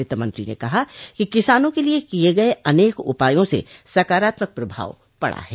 वित्तमंत्री ने कहा कि किसानों के लिए किए गए अनेक उपायों स साकारात्मक प्रभाव पड़ा है